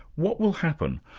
what will happen?